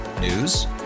News